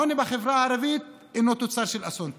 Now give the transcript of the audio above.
העוני בחברה הערבית אינו תוצר של אסון טבע,